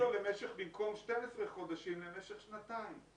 למשך שנתיים.